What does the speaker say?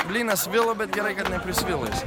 blynas svilo bet gerai kad neprisvilo jisai